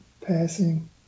passing